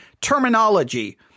terminology